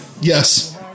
Yes